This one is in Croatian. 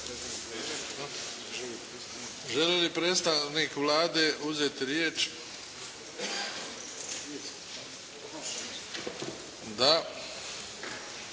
Želi li predstavnik Vlade uzeti riječ? Da.